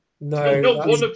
No